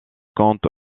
comte